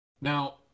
Now